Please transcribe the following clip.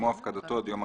במישור המינהלי,